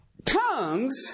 Tongues